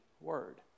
word